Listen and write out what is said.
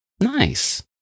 Nice